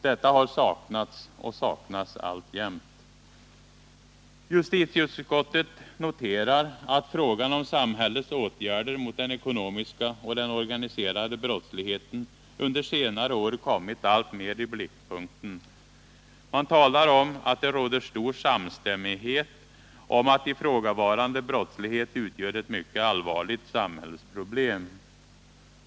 Detta har saknats och saknas alltjämt. Justitieutskottet noterar att frågan om samhällets åtgärder mot den ekonomiska och den organiserade brottsligheten under senare år kommit alltmera i blickpunkten. Man talar om att det råder stor samstämmighet om att ifrågavarande brottslighet utgör ett mycket allvarligt samhällsproblem.